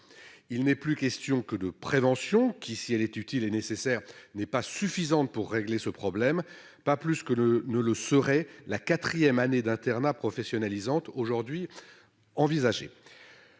il n'est plus question que de prévention qui, si elle est utile et nécessaire n'est pas suffisante pour régler ce problème, pas plus que le ne le serait la quatrième année d'internat professionnalisante aujourd'hui envisager